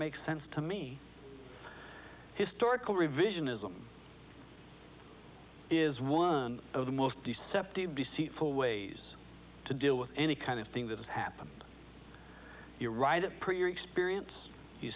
makes sense to me historical revisionism is one of the most deceptive deceitful ways to deal with any kind of thing that has happened you're right it per your experience you